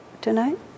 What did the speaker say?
tonight